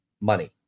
money